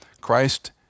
Christ